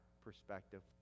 perspective